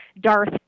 Darth